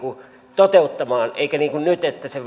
toteuttamaan eikä niin kuin nyt että se